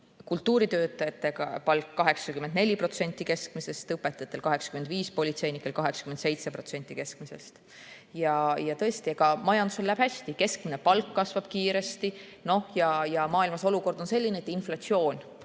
Kultuuritöötajate palk on 84% keskmisest, õpetajatel 85%, politseinikel 87% keskmisest. Samas tõesti, majandusel läheb hästi, keskmine palk kasvab kiiresti ja maailmas on olukord selline, et inflatsioon